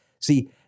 See